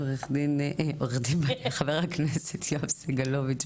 חבר הכנסת יואב סגלוביץ',